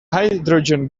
hydrogen